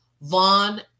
Vaughn